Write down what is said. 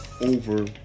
over